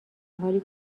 حالی